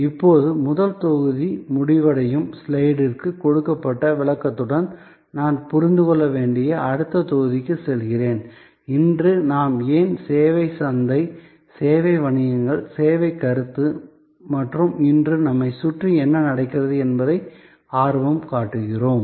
இப்போது முதல் தொகுதி முடிவடையும் ஸ்லைடிற்கு கொடுக்கப்பட்ட விளக்கத்துடன் நாம் புரிந்து கொள்ள வேண்டிய அடுத்த தொகுதிக்கு செல்கிறேன் இன்று நாம் ஏன் சேவை சந்தை சேவை வணிகங்கள் சேவை கருத்து மற்றும் இன்று நம்மைச் சுற்றி என்ன நடக்கிறது என்பதில் ஆர்வம் காட்டுகிறோம்